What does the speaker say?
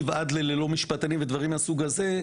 ללא משפטנים ודברים מהסוג הזה,